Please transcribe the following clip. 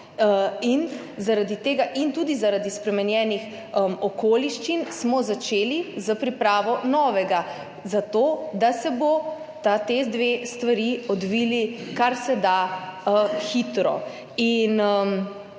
in tudi zaradi spremenjenih okoliščin smo začeli s pripravo novega [programa] zato, da se bosta ti dve stvari odvili kar se da hitro.